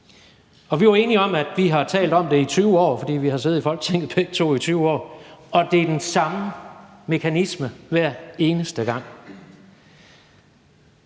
Og vi var enige om, at vi har talt om det i 20 år, fordi vi begge to har siddet i Folketinget i 20 år, og det er den samme mekanisme hver eneste gang.